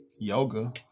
Yoga